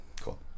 Cool